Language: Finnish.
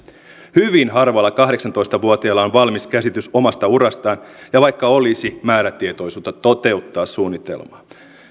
hyvin harvalla kahdeksantoista vuotiaalla on valmis käsitys omasta urastaan ja vaikka olisi määrätietoisuutta toteuttaa suunnitelmaa